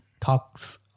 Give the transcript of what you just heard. talks